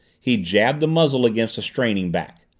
he jabbed the muzzle against a straining back.